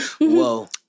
Whoa